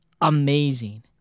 amazing